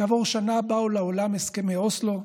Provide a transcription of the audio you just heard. כעבור שנה באו לעולם הסכמי אוסלו,